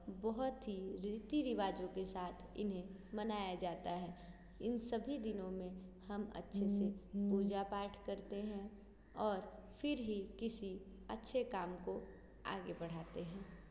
बहुत ही रीती रिवाज़ों के साथ इन्हें मनाया जाता है इन सभी दिनों में हम अच्छे से पूजा पाठ करते हैं और फिर ही किसी अच्छे काम को आगे बढ़ाते हैं